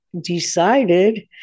decided